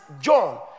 John